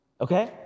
Okay